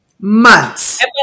months